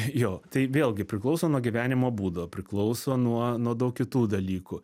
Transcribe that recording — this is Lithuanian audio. jo tai vėlgi priklauso nuo gyvenimo būdo priklauso nuo nuo daug kitų dalykų